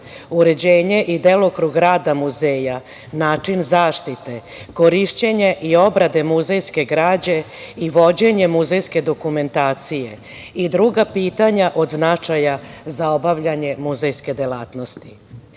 uređenje i delokrug rada muzeja, način zaštite, korišćenja i obrade muzejske građe i vođenja muzejske dokumentacije i druga pitanja od značaja za obavljanje muzejske delatnosti. Nažalost,